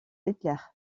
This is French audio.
hitler